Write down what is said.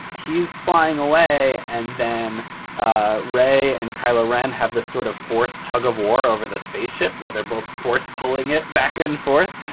he's flying away. and then ah ray and kyla ran have the sort of forced tug of war over the spaceship where they're both forced, pulling it back and forth.